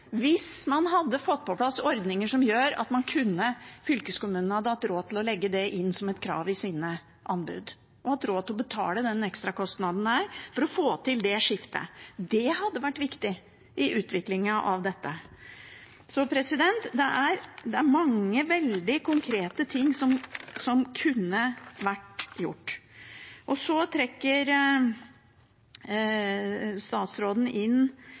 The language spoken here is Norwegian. hvis man hadde fått på plass ordninger som gjorde at fylkeskommunene hadde hatt råd til å legge det inn som et krav i sine anbud, og hatt råd til å betale den ekstrakostnaden det er, for å få til det skiftet. Det hadde vært viktig i utviklingen av dette. Så det er mange veldig konkrete ting som kunne vært gjort. Så trekker statsråden nok en gang inn